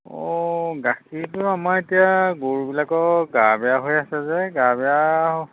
অঁ গাখীৰটো আমাৰ এতিয়া গৰুবিলাকৰ গা বেয়া হৈ আছে যে গা বেয়া